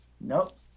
nope